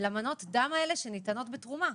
למנות דם שניתנות בתרומה.